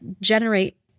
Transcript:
generate